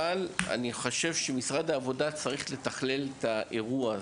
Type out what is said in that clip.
אבל אני חושב שהוא זה שצריך לתכלל את האירוע הזה.